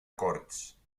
corts